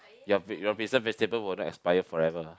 your pre~ your preserve vegetable will not expire forever